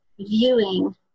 viewing